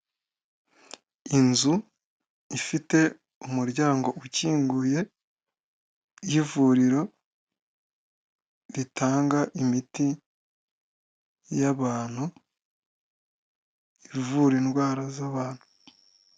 Inzu, ifite umuryango ukinguye, y'ivuriro, ritanga imiti, y 'abantu ivura indwara z'abantu.